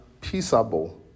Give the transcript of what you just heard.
peaceable